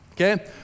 Okay